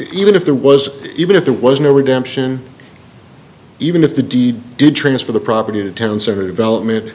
even if there was even if there was no redemption even if the deed did transfer the property to towns or development